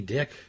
Dick